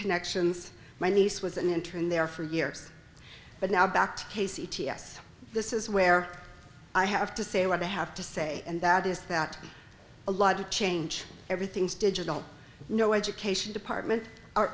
connections my niece was an intern there for years but now back to casey t s this is where i have to say what i have to say and that is that a lot of change everything's digital no education department o